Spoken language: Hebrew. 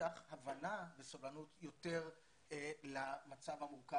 מאידך הבנה וסובלנות יותר למצב המורכב